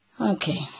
Okay